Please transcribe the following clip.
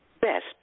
Best